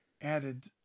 added